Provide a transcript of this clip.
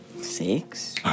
six